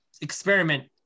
experiment